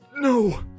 No